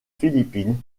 philippines